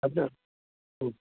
अत्र ह्म्